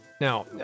Now